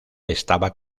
estaba